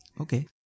Okay